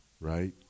right